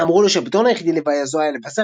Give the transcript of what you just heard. אמרו לו שהפתרון היחידי לבעיה זו היה לפזר